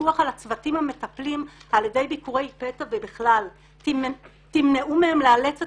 הפיקוח על הצוותים המטפלים על ידי ביקורי פתע ובכלל תמנעו מהם לאלץ את